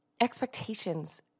expectations